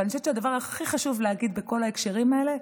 אבל אני חושבת שהדבר הכי חשוב להגיד בכל ההקשרים האלה,